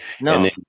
no